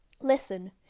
Listen